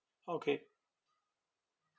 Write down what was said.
okay